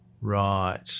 Right